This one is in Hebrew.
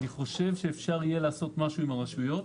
אני חושב שאפשר יהיה לעשות משהו עם הרשויות.